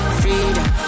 freedom